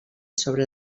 sobre